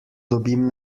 dobim